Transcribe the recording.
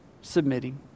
submitting